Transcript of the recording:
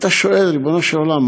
ואתה שואל: ריבונו של עולם,